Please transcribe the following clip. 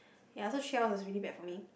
ya so three hours was really bad for me